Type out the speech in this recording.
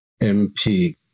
MP